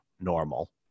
normal